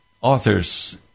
authors